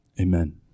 amen